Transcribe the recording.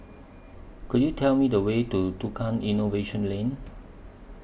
Could YOU Tell Me The Way to Tukang Innovation Lane